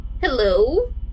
Hello